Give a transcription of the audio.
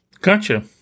Gotcha